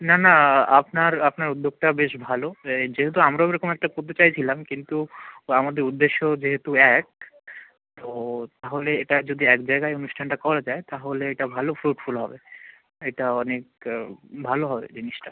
না না আপনার আপনার উদ্যোগটা বেশ ভালো এ যেহেতু আমরাও ওরকম একটা করতে চাইছিলাম কিন্তু আমাদের উদ্দেশ্য যেহেতু এক তো তাহলে এটা যদি এক জায়গায় অনুষ্ঠানটা করা যায় তাহলে এটা ভালো ফ্রুটফুল হবে এটা অনেক ভালো হবে জিনিসটা